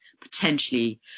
potentially